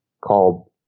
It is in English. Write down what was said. called